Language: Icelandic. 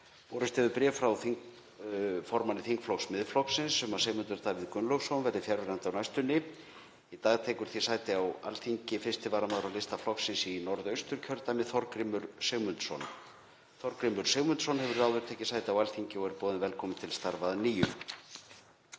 Borist hefur bréf frá formanni þingflokks Miðflokksins um að Sigmundur Davíð Gunnlaugsson verði fjarverandi á næstunni. Í dag tekur því sæti á Alþingi fyrsti varamaður á lista flokksins í Norðausturkjördæmi, Þorgrímur Sigmundsson. Þorgrímur Sigmundsson hefur áður tekið sæti á Alþingi og er boðinn velkomin til starfa að nýju.